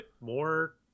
more